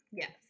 Yes